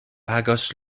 pagos